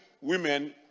women